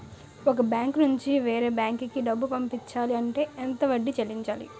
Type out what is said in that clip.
ఒక బ్యాంక్ నుంచి వేరే బ్యాంక్ కి డబ్బులు పంపించాలి అంటే ఎంత వడ్డీ చెల్లించాలి?